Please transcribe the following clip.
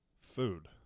food